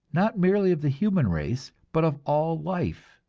not merely of the human race, but of all life,